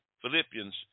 Philippians